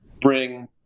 Bring